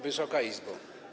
Wysoka Izbo!